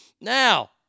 Now